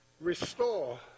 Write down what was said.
restore